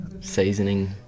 seasoning